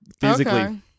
physically